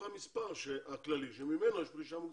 המספר הכללי שממנו יש פרישה מוקדמת.